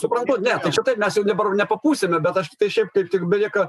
suprantu ne tai čia taip mes jau dabar nepapūsime bet aš tiktai šiaip taip tik belieka